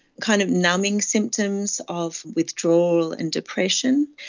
kind of numbing symptoms of withdrawal and depression,